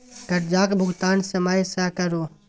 करजाक भूगतान समय सँ करु